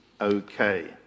okay